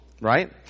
right